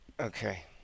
Okay